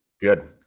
Good